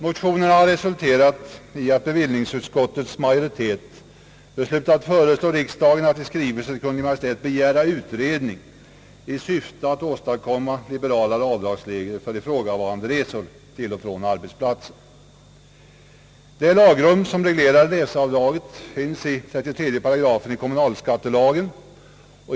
Motionerna har resulterat i att bevillningsutskottets majoritet beslutat föreslå riksdagen att i skrivelse till Kungl. Maj:t begära utredning i syfte att åstadkomma liberalare avdragsregler för ifrågavarande resor till och från arbetsplatsen. Det lagrum som reglerar reseavdraget finns i § 33 i kommunalskattelagen.